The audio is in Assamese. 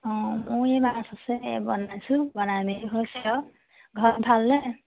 অঁ মই এই মাছ আছে বনাইছোঁ বনাই মেলি হৈছে আৰু ঘৰত ভালনে